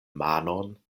manon